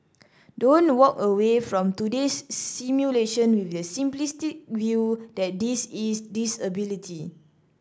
don't walk away from today's simulation with the simplistic view that this is disability